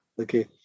Okay